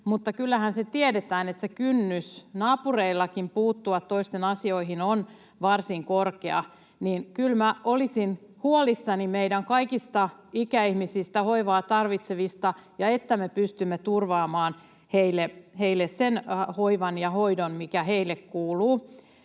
mutta kyllähän se tiedetään, että naapureillakin se kynnys puuttua toisten asioihin on varsin korkea. Kyllä minä olisin huolissani meidän kaikista ikäihmisistä, hoivaa tarvitsevista ja siitä, että me pystymme turvaamaan heille sen hoivan ja hoidon, mikä heille kuuluu.